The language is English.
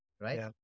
right